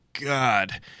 God